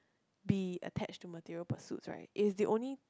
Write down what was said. be attached to material pursuits right is the only